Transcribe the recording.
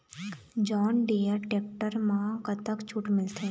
John Deere tractor म कतक छूट मिलथे?